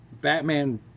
Batman